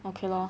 okay loh